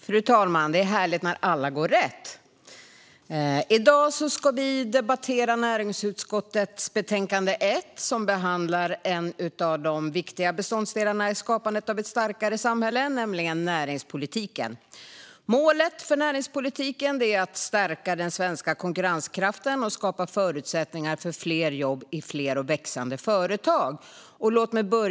Fru talman! I dag debatterar vi näringsutskottets betänkande 1, som behandlar en av de viktiga beståndsdelarna i skapandet av ett starkare samhälle, nämligen näringspolitiken. Målet för näringspolitiken är att stärka den svenska konkurrenskraften och skapa förutsättningar för fler jobb i fler och växande företag.